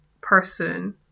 person